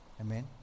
amen